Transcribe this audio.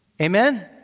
Amen